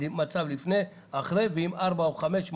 המצב לפני כניסת החוק והמצב לאחר כניסת החוק,